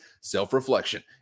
self-reflection